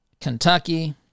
Kentucky